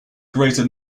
greater